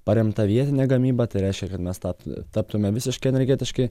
paremta vietine gamyba tai reiškia kad mes tap taptume visiškai energetiškai